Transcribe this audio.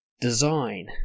design